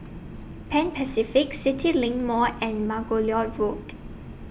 Pan Pacific CityLink Mall and Margoliouth Road